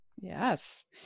Yes